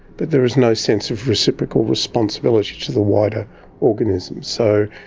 but there is no sense of reciprocal responsibility to the wider organism. so,